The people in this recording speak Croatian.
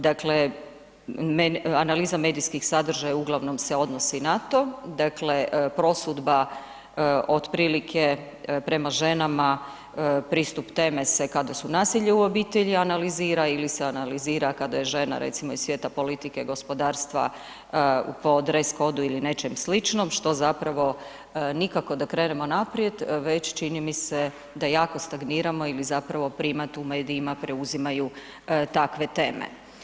Dakle, analiza medijskih sadržava uglavnom se odnosi na to, dakle prosudba otprilike prema ženama pristup teme se kada se nasilje u obitelji analizira ili se analizira kada je žena recimo iz svijeta politike, gospodarstva po dress kodu ili nečem sličnom što zapravo nikako da krenemo naprijed već čini mi se da jako stagniramo ili zapravo primat, u medijima preuzimaju takve teme.